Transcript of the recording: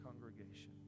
congregation